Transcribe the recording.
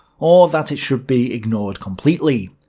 or that it should be ignored completely.